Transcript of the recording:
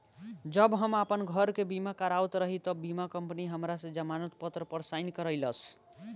जब हम आपन घर के बीमा करावत रही तब बीमा कंपनी हमरा से जमानत पत्र पर साइन करइलस